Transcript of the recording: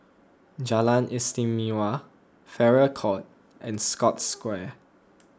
Jalan Istimewa Farrer Court and Scotts Square